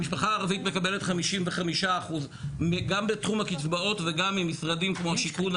המשפחה הערבית מקבלת 55%. גם בתחום הקצבאות וגם ממשרדים כמו השיכון,